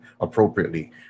appropriately